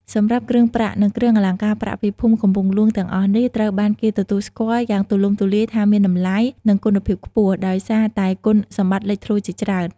សម្រាប់់គ្រឿងប្រាក់ និងគ្រឿងអលង្ការប្រាក់ពីភូមិកំពង់ហ្លួង ទាំងអស់នេះ ត្រូវបានគេទទួលស្គាល់យ៉ាងទូលំទូលាយថាមានតម្លៃ និងគុណភាពខ្ពស់ ដោយសារតែគុណសម្បត្តិលេចធ្លោជាច្រើន។